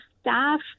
staff